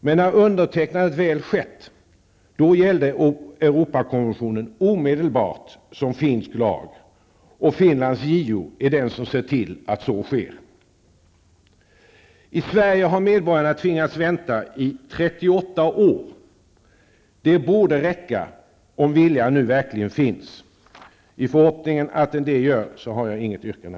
Men när undertecknandet väl skett gällde Europakonventionen omedelbart som finsk lag, och Finlands JO är den som ser till att så sker. I Sverige har medborgarna tvingats vänta i 38 år. Det borde räcka, om viljan nu verkligen finns. I förhoppning att den så gör har jag inget yrkande.